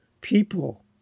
people